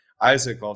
Isaac